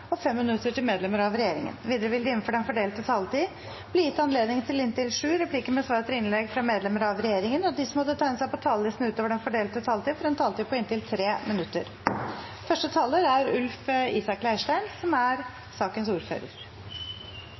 og 3 minutter til medlemmer av regjeringen. Videre vil det – innenfor den fordelte taletid – bli gitt anledning til inntil seks replikker med svar etter innlegg fra medlemmer av regjeringen, og de som måtte tegne seg på talerlisten utover den fordelte taletid, får også en taletid på inntil 3 minutter.